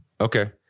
Okay